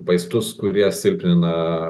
vasitus kurie silpnina